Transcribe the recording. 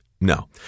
No